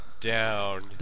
Down